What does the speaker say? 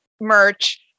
merch